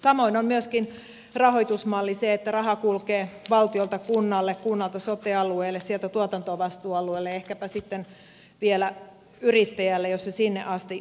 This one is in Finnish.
samoin on myöskin rahoitusmalli se että raha kulkee valtiolta kunnalle kunnalta sote alueelle sieltä tuotantovastuualueelle ja ehkäpä sitten vielä yrittäjälle jos se sinne asti ehtii